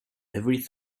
every